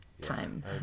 time